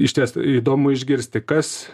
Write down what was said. išties įdomu išgirsti kas